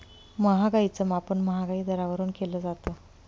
महागाईच मापन महागाई दरावरून केलं जातं